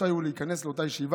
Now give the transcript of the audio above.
רשאי הוא להיכנס לאותה ישיבה,